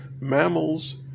mammals